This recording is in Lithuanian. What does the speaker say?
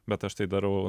bet aš tai darau